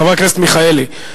חבר הכנסת אברהם מיכאלי,